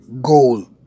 Goal